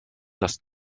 das